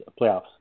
playoffs